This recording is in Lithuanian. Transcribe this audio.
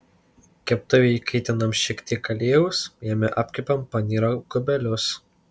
keptuvėj įkaitinam šiek tiek aliejaus jame apkepam panyro kubelius